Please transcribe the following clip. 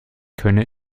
könne